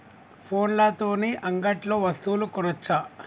ఫోన్ల తోని అంగట్లో వస్తువులు కొనచ్చా?